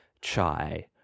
chai